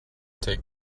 take